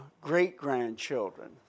great-grandchildren